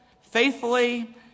faithfully